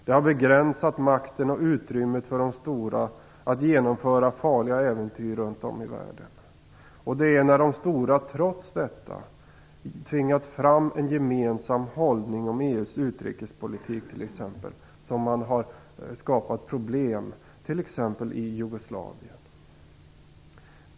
Det har begränsat makten och utrymmet för de stora att genomföra farliga äventyr runt om i världen. Det är när de stora trots detta tvingat fram en gemensam hållning som EU:s utrikespolitik skapat problem som t.ex. i Jugoslavien.